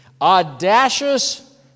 audacious